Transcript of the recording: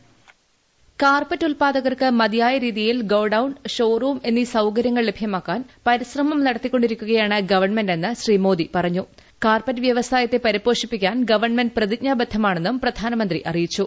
voice carpet ഉൽപാദകർക്ക് മതിയായ രീതിയിൽ ഗോഡൌൺ ഷോ റൂം സൌകരൃങ്ങൾ ലഭൃമാക്കാൻ പരിശ്രമം നടത്തിക്കൊണ്ടിരിക്കുകയാണെന്നും കാർപ്പറ്റ് വ്യവസായത്തെ പരിപോഷിപ്പിക്കാൻ ഗവൺമെന്റ് പ്രതിജ്ഞാബദ്ധമാണെന്നും പ്രധാനമന്ത്രി പറഞ്ഞു